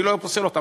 אני לא פוסל אותן,